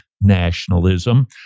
nationalism